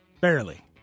Barely